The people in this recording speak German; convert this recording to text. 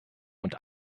und